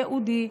ייעודי,